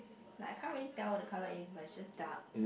like can't really tell what the colour is but just dark